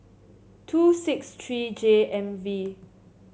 two six tree J M V